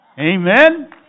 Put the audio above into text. Amen